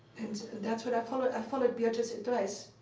that's what i followed i followed beatrice's advice.